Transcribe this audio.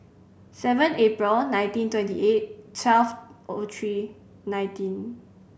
seven April nineteen twenty eight twelve O three nineteen